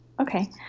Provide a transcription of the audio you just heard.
Okay